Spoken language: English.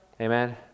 Amen